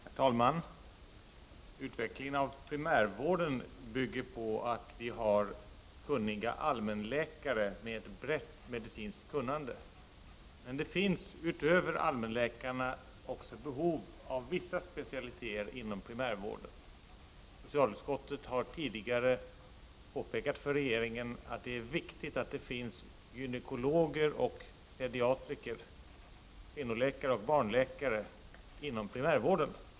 Herr talman! Utvecklingen av primärvården bygger på att vi har kunniga allmänläkare med ett brett medicinskt kunnande. Men det finns utöver allmänläkarna också behov av vissa specialiteter inom primärvården. Socialutskottet har tidigare påpekat för regeringen att det är viktigt att det finns gynekologer och pediatriker — kvinnoläkare och barnläkare — inom primärvården.